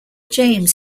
james